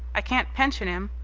i can't pension him.